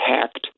hacked